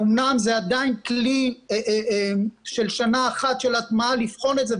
אמנם זה עדיין כלי של שנה אחת של הטמעה לבחון את זה,